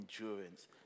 endurance